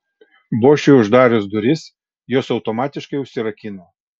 bošui uždarius duris jos automatiškai užsirakino